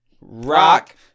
Rock